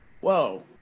whoa